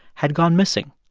had gone missing.